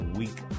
week